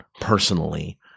personally